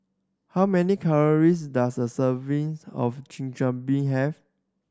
how many calories does a serving of Chigenabe have